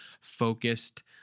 focused